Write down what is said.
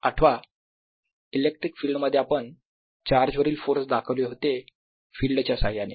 आठवा electric field मध्ये आपण चार्ज वरील फोर्स दाखवले होते फिल्डच्या साह्याने